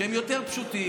שהם יותר פשוטים,